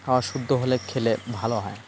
খাবার শুদ্ধ হলে খেলে ভালো হয়